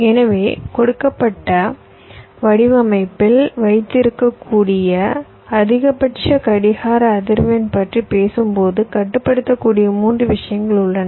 எனவே கொடுக்கப்பட்ட வடிவமைப்பில் வைத்திருக்கக்கூடிய அதிகபட்ச கடிகார அதிர்வெண் பற்றி பேசும்போது கட்டுப்படுத்தக்கூடிய 3 விஷயங்கள் உள்ளன